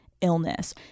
Illness